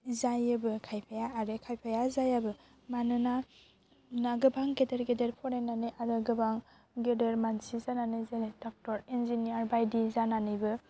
जायोबो खायफाया आरो खायफाया जायाबो मानोना गोबां गेदेर गेदेर फरायनानै आरो गोबां गेदेर मानसि जानानै जेरै डक्टर इन्जिनियार बायदि जानानैबो